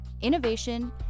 innovation